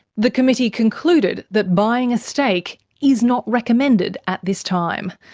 the committee concluded that buying a stake is not recommended at this time.